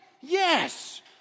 Yes